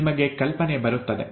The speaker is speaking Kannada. ನಿಮಗೆ ಕಲ್ಪನೆ ಬರುತ್ತದೆ